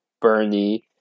Bernie